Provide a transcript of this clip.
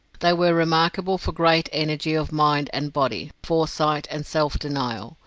they were remarkable for great energy of mind and body, foresight, and self-denial.